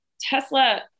Tesla